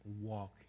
walk